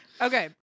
okay